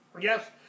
Yes